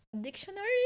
dictionary